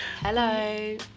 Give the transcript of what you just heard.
Hello